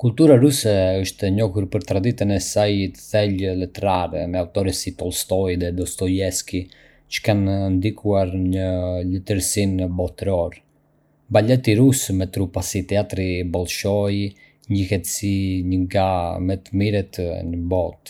Kultura ruse është e njohur për traditën e saj të thellë letrare, me autorë si Tolstoi dhe Dostojevski që kanë ndikuar në letërsinë botërore. Baleti rus, me trupa si Teatri Bolshoi, njihet si një nga më të mirët në botë.